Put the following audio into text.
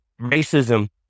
racism